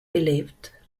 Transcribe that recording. believed